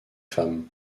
femmes